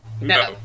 No